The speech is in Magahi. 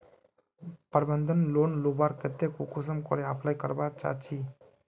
प्रबंधन लोन लुबार केते कुंसम करे अप्लाई करवा चाँ चची?